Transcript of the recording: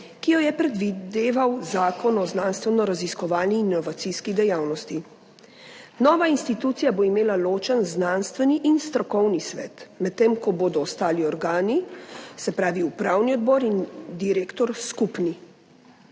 ki jo je predvideval Zakon o znanstvenoraziskovalni in inovacijski dejavnosti. Nova institucija bo imela ločen znanstveni in strokovni svet, medtem ko bodo ostali organi, se pravi upravni odbor in direktor, skupni.